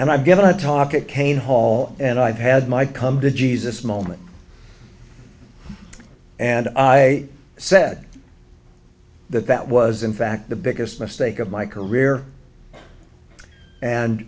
and i've given a talk at cain hall and i've had my come to jesus moment and i said that that was in fact the biggest mistake of my career and